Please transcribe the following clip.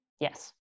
yes